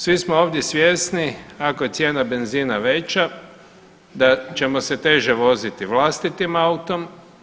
Svi smo ovdje svjesni ako je cijena benzina veća da ćemo se teže voziti vlastitim autom.